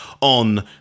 on